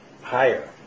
Higher